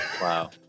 Wow